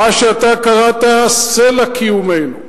מה שאתה קראת סלע קיומנו,